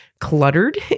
cluttered